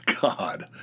God